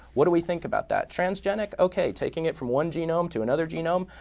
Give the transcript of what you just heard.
what do we think about that? transgenic, ok, taking it from one genome to another genome.